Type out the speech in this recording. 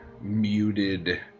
muted